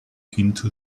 into